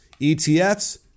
ETFs